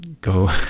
Go